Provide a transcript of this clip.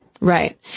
Right